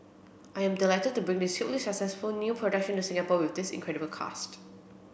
I am delighted to bring this hugely successful new production to Singapore with this incredible cast